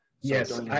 Yes